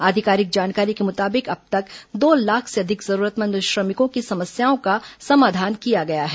आधिकारिक जानकारी के मुताबिक अब तक दो लाख से अधिक जरूरतमंद श्रमिकों की समस्याओं का समाधान किया गया है